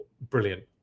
Brilliant